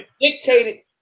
dictated